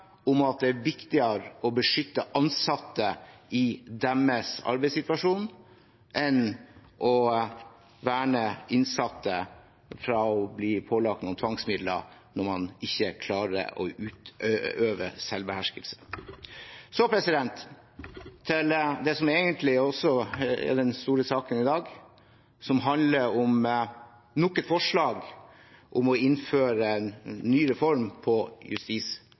om at det er viktigere å beskytte ansatte i deres arbeidssituasjon enn å verne innsatte fra å bli pålagt noen tvangsmidler når man ikke klarer å utøve selvbeherskelse. Så til det som egentlig er den store saken i dag, som handler om nok et forslag om å innføre en ny reform på